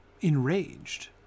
enraged